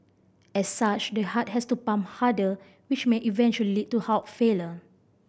as such the heart has to pump harder which may eventually lead to heart failure